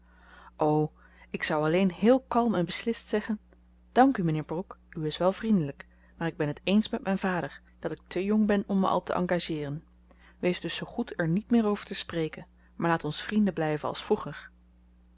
o ik zou alleen heel kalm en beslist zeggen dank u mijnheer brooke u is wel vriendelijk maar ik ben het ééns met mijn vader dat ik te jong ben om me al te engageeren wees dus zoo goed er niet meer over te spreken maar laat ons vrienden blijven als vroeger